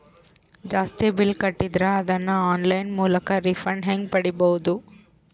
ಜಾಸ್ತಿ ಬಿಲ್ ಕಟ್ಟಿದರ ಅದನ್ನ ಆನ್ಲೈನ್ ಮೂಲಕ ರಿಫಂಡ ಹೆಂಗ್ ಪಡಿಬಹುದು?